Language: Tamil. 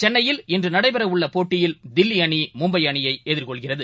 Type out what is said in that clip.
சென்னையில் இன்றுநடைபெறஉள்ளபோட்டியில் தில்விஅணி மும்பை அணியைஎதிர்கொள்கிறது